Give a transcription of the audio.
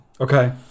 okay